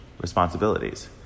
responsibilities